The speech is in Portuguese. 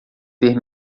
ter